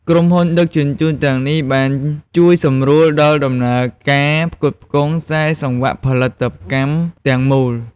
ក្រុមហ៊ុនដឹកជញ្ជូនទាំងនេះ បានជួយសម្រួលដល់ដំណើរការផ្គត់ផ្គង់ខ្សែសង្វាក់ផលិតកម្មទាំងមូល។